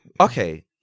okay